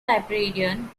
librarian